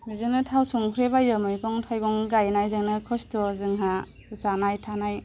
बेजोंनो थाव संख्रि बायो मैगं थाइगं गायनायजोंनि खस्थ' जोंहा जानाय थानाय